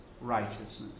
righteousness